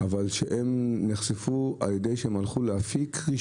לא ידעו שיש להם נטייה כזאת.